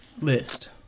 list